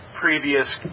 previous